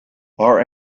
are